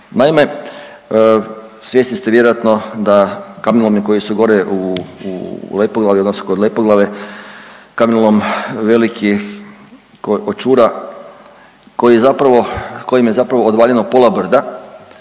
Naime, svjesni ste vjerojatno da kamenolomi koji su gore u Lepoglavi odnosno kod Lepoglave kamenolom veliki Očura koji je zapravo kojim je zapravo